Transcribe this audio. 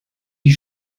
wie